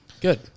Good